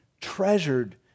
treasured